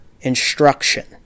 instruction